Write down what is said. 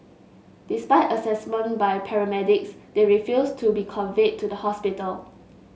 despite assessment by paramedics they refused to be conveyed to the hospital